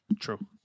true